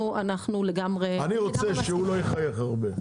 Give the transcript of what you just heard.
אני רוצה שהוא לא יחייך הרבה.